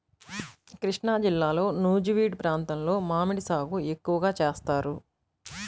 కృష్ణాజిల్లాలో నూజివీడు ప్రాంతంలో మామిడి సాగు ఎక్కువగా చేస్తారు